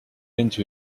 into